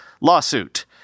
lawsuit